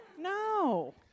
No